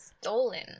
Stolen